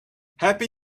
happy